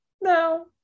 No